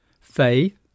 faith